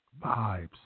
Vibes